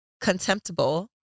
contemptible